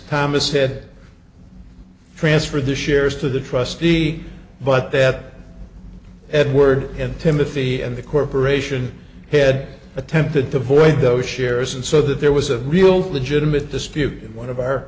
thomas head transferred the shares to the trustee but that edward and timothy and the corporation head attempted to void those shares and so that there was a real legitimate dispute in one of our